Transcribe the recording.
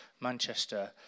Manchester